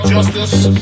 justice